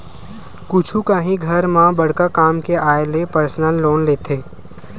कुछु काही घर म बड़का काम के आय ले परसनल लोन लेथे